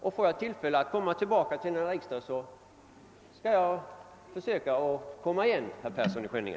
Om jag blir kvar i riksdagen, skall jag också komma igen i denna fråga, herr Persson i Skänninge!